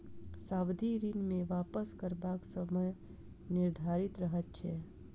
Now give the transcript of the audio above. सावधि ऋण मे वापस करबाक समय निर्धारित रहैत छै